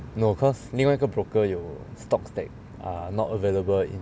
no because 另外一个 broker 有 stocks that are not available in